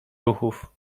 ruchów